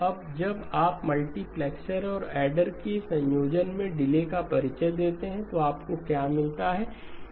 अब जब आप मल्टीप्लैक्सर और एडर के संयोजन में डिले का परिचय देते हैं तो आपको क्या मिलता है